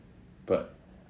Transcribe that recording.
but